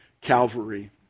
Calvary